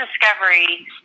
discovery